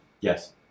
Yes